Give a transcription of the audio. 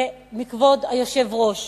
ומכבוד היושב-ראש